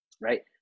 right